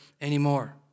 anymore